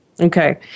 Okay